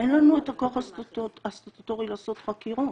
אין לנו את הכוח הסטטוטורי לעשות חקירות.